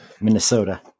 Minnesota